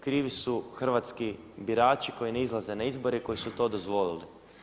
Krvi su hrvatski birači koji ne izlaze na izbore i koji su to dozvolili.